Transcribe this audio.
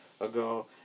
ago